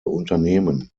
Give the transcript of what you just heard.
unternehmen